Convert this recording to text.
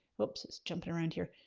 woops it's jumping around here.